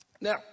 Now